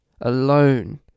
alone